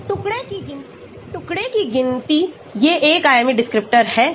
टुकड़े की गिनती ये एक आयामी descriptors हैं